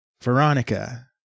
Veronica